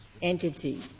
entity